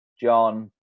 John